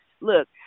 look